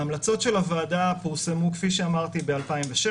ההמלצות של הוועדה פורסמו כפי שאמרתי ב-2006,